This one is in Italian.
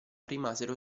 rimasero